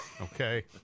okay